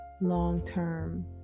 long-term